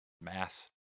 Mass